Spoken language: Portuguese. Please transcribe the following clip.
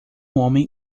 homem